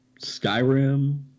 skyrim